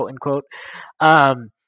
quote-unquote